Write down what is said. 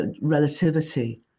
relativity